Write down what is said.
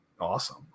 awesome